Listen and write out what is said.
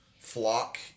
Flock